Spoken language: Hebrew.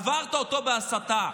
עברת אותו בהסתה.